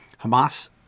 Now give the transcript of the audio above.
Hamas